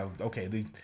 okay